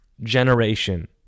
generation